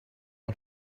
her